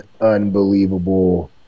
unbelievable